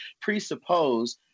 presuppose